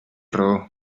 raó